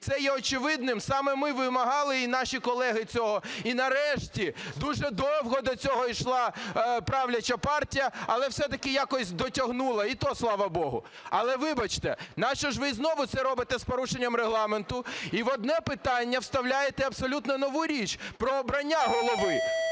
Це є очевидним. Саме ми вимагали і наші колеги цього. І нарешті, дуже довго до цього йшла правляча партія, але все-таки якось дотягнула, і то, слава Богу. Але, вибачте, нащо ж ви знову це робите з порушенням Регламенту і в одне питання вставляєте абсолютно нову річ – про обрання голови?